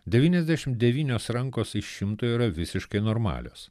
devyniasdešim devynios rankos iš šimto yra visiškai normalios